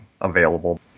available